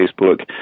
Facebook –